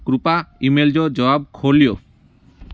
कृपा ईमेल जो जवाबु खोलियो